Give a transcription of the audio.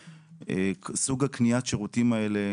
סוג קניית השירותים האלה,